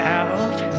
out